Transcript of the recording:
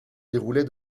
déroulait